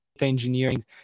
engineering